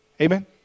Amen